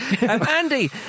Andy